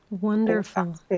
Wonderful